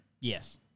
Yes